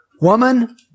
Woman